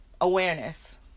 awareness